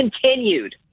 continued